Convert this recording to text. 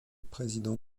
président